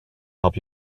help